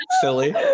silly